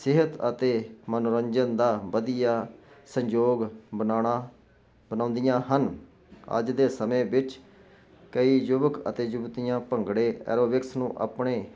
ਸਿਹਤ ਅਤੇ ਮਨੋਰੰਜਨ ਦਾ ਵਧੀਆ ਸਹਿਯੋਗ ਬਣਾਉਣਾ ਬਣਾਉਂਦੀਆਂ ਹਨ ਅੱਜ ਦੇ ਸਮੇਂ ਵਿੱਚ ਕਈ ਯੁਵਕ ਅਤੇ ਜੁਗਤੀਆਂ ਭੰਗੜੇ ਐਰੋਬਿਕਸ ਨੂੰ ਆਪਣੇ